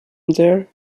there